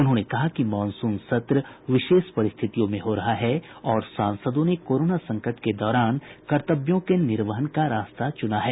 उन्होंने कहा कि मॉनसून सत्र विशेष परिस्थितियों में हो रहा है और सांसदों ने कोरोना संकट के दौरान कर्तव्यों के निर्वहन का रास्ता चुना है